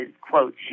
quote